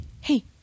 hey